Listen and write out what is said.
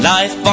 Life